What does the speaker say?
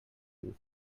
proof